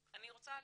אני רוצה לשמוע,